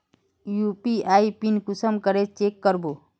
UPI PIN कुंसम करे change करबो?